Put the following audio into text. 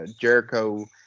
Jericho